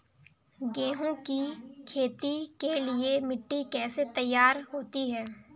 गेहूँ की खेती के लिए मिट्टी कैसे तैयार होती है?